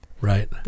Right